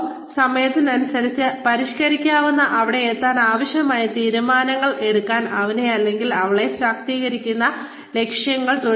ഒപ്പം സമയത്തിനനുസരിച്ച് പരിഷ്ക്കരിക്കാവുന്ന അവിടെയെത്താൻ ആവശ്യമായ തീരുമാനങ്ങൾ എടുക്കാൻ അവനെ അല്ലെങ്കിൽ അവളെ ശാക്തീകരിക്കുന്ന ലക്ഷ്യങ്ങൾ